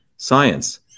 science